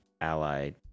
allied